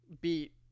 beat